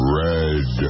red